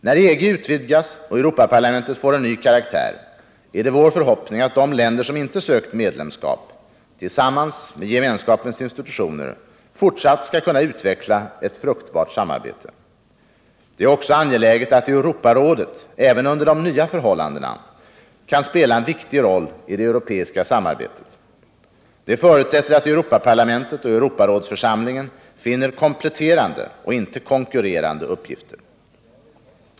När EG utvidgas och Europaparlamentet får en ny karaktär, är det vår förhoppning att de länder som inte sökt medlemskap tillsammans med gemenskapens institutioner fortsatt skall kunna utveckla ett fruktbart samarbete. Det är också angeläget att Europarådet även under de nya förhållandena kan spela en viktig roll i det europeiska samarbetet. Det förutsätter att Europaparlamentet och Europarådsförsamlingen finner kompletterande och inte konkurrerande uppgifter.